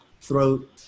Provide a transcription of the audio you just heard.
throat